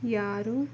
ಯಾರೂ